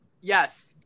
Yes